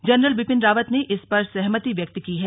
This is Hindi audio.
जनरल बिपिन रावत ने इस पर सहमति व्यक्त की है